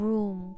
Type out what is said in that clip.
Room